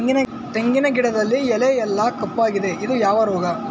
ತೆಂಗಿನ ಗಿಡದಲ್ಲಿ ಎಲೆ ಎಲ್ಲಾ ಕಪ್ಪಾಗಿದೆ ಇದು ಯಾವ ರೋಗ?